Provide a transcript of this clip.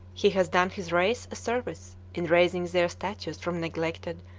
he has done his race a service in raising their status from neglected,